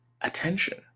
attention